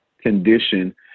condition